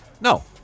No